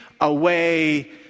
away